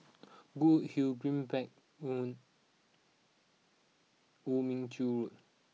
good Hill Greenbank Woo Mon Chew Road